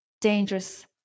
dangerous